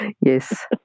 Yes